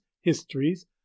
histories